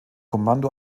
kommando